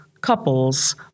couple's